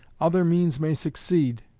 other means may succeed,